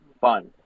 fun